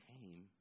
came